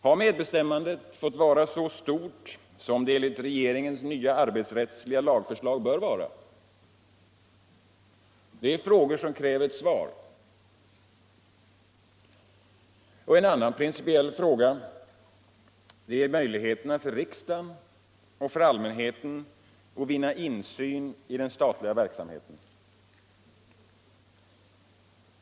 Har medbestämmandet fått vara så stort som det enligt regeringens nya arbetsrättsliga lagförslag bör vara? Detta är frågor som kräver svar. En annan principiell fråga gäller möjligheterna för riksdagen och allmänheten att vinna insyn i den statliga verksamheten.